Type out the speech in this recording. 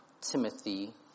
Timothy